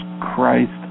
Christ